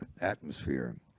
atmosphere